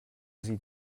sie